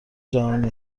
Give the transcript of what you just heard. جهانی